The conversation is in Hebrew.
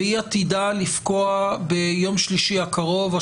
והיא עתידה לפקוע ביום שלישי הקרוב,